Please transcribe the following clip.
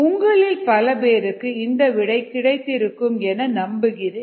உங்களில் பல பேருக்கு இந்த விடை கிடைத்திருக்கும் என நம்புகிறேன்